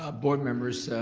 ah board members,